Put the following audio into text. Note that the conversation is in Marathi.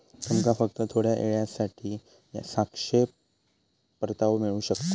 तुमका फक्त थोड्या येळेसाठी सापेक्ष परतावो मिळू शकता